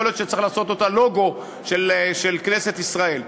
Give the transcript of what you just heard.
יכול להיות שצריך לעשות אותה לוגו של כנסת ישראל.